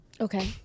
Okay